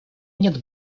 нет